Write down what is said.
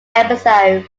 episodes